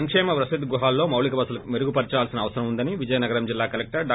సంకేమ వసతి గృహాలలో మౌలిక వసతులు మెరుగుపరచాల్సిన అవసరం ఉందని విజయనగరం జిల్లా కలెక్టర్ డా